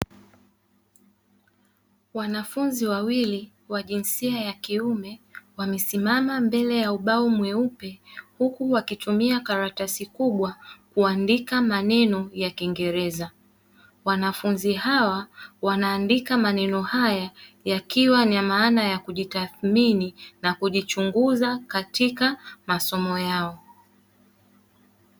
Wanafunzi wawili wa jinsia ya kiume wamesimama mbele ya ubao mweupe huku wakitumia karatasi kubwa kuandika maneno ya kingereza, wanafunzi hawa wanaandika maneno haya yakiwa na maana ya kujitathimini na kujichunguza katika masomo yao.